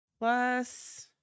Plus